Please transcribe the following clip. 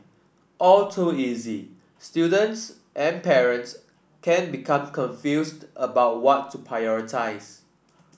all too easy students and parents can become confused about what to prioritise